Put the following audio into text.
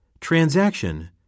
Transaction